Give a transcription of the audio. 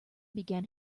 began